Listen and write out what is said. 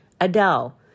Adele